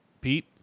Pete